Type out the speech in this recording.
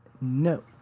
No